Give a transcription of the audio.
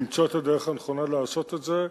למצוא את הדרך הנכונה לעשות את זה.